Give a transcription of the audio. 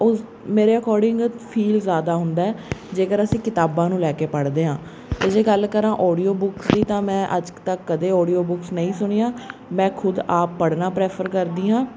ਉਹ ਮੇਰੇ according feel ਜ਼ਿਆਦਾ ਹੁੰਦਾ ਜੇਕਰ ਅਸੀਂ ਕਿਤਾਬਾਂ ਨੂੰ ਲੈ ਕੇ ਪੜ੍ਹਦੇ ਹਾਂ ਅਤੇ ਜੇ ਗੱਲ ਕਰਾਂ ਆਡੀਓ ਬੁੱਕਸ ਦੀ ਤਾਂ ਮੈਂ ਅੱਜ ਤੱਕ ਕਦੇ ਆਡੀਓ ਬੁੱਕਸ ਨਹੀਂ ਸੁਣੀਆ ਮੈਂ ਖੁਦ ਆਪ ਪੜ੍ਹਨਾ ਪ੍ਰੈਫਰ ਕਰਦੀ ਹਾਂ